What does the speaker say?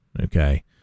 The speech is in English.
okay